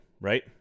right